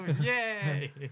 yay